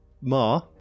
ma